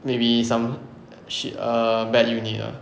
maybe some shit err bad unit ah